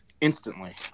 instantly